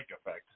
effect